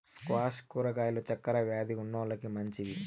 squash కూరగాయలు చక్కర వ్యాది ఉన్నోలకి మంచివి